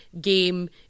game